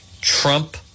Trump